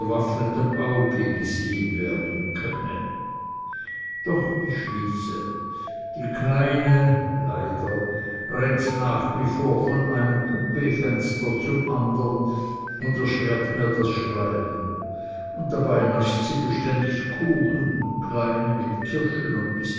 auge gesehen werden könne doch ich schließe die kleine leider rennt nach wie vor von einem kupeefenster zum andern und erschwert mir das schreiben und dabei nascht sie beständig kuchen kleine mit kirschen